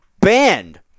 banned